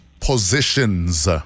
Positions